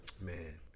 Man